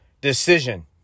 decision